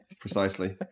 Precisely